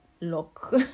look